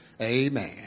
Amen